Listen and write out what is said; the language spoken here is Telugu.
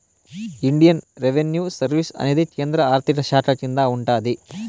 ఇండియన్ రెవిన్యూ సర్వీస్ అనేది కేంద్ర ఆర్థిక శాఖ కింద ఉంటాది